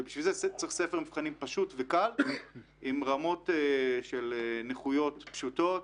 ובשביל זה צריך ספר מבחנים פשוט וקל עם רמות של נכויות פשוטות,